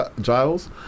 Giles